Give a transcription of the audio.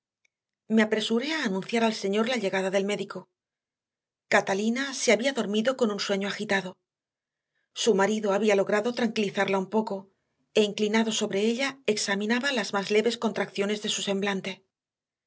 me apresuré a anunciar al señor la llegada del médico catalina se había dormido con un sueño agitado su marido había logrado tranquilizarla un poco e inclinado sobre ella examinaba las más leves contracciones de su semblante